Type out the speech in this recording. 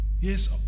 Yes